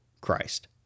Christ